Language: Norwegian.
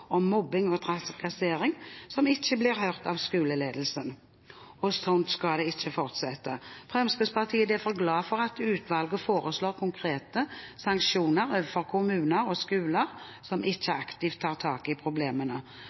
om mobbing og trakassering, som ikke blir hørt av skoleledelsen. Sånn skal det ikke fortsette. Fremskrittspartiet er derfor glad for at utvalget foreslår konkrete sanksjoner overfor kommuner og skoler som ikke aktivt tar tak i problemene.